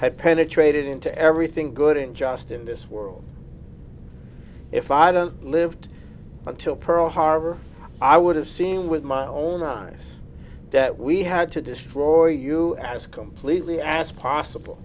had penetrated into everything good in just in this world if i don't lived until pearl harbor i would have seen with my own eyes that we had to destroy you as completely as possible